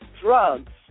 Drugs